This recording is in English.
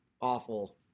awful